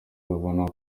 ubona